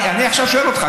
אני עכשיו שואל אותך,